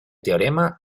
teorema